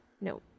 No